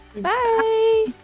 Bye